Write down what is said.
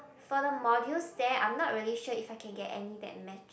for the modules there I'm not really sure if I can get any that match